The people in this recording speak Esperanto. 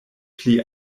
pli